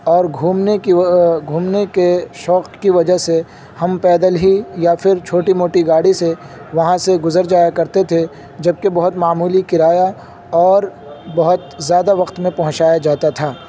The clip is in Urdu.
اور گھومنے کی گھومنے کے شوق کی وجہ سے ہم پیدل ہی یا پھر چھوٹی موٹی گاڑی سے وہاں سے گزر جایا کرتے تھے جبکہ بہت معمولی کرایہ اور بہت زیادہ وقت میں پہنچایا جاتا تھا